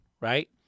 right